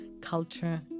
culture